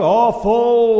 awful